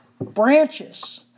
Branches